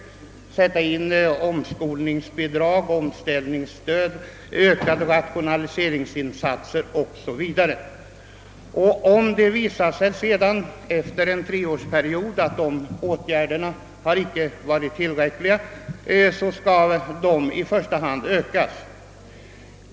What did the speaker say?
Det måste sättas in omskolningsbidrag, omställningsstöd, öka de rationaliseringsinsatser osv. Om det efter en treårsperiod visar sig att dessa åtgärder icke varit tillräckliga, skall insatserna i första hand ökas.